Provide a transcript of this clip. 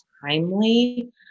Timely